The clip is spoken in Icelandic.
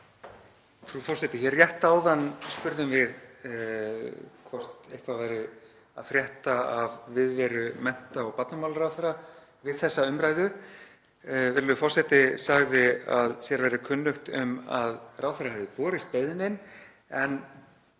Frú forseti. Hér rétt áðan spurðum við hvort eitthvað væri að frétta af viðveru mennta- og barnamálaráðherra við þessa umræðu. Virðulegur forseti sagði að sér væri kunnugt um að ráðherra hefði borist beiðnin en